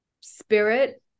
spirit